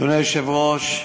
אדוני היושב-ראש,